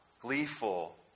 gleeful